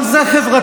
אבל זה חברתי,